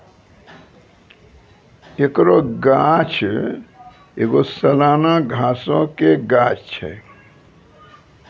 एकरो गाछ एगो सलाना घासो के गाछ छै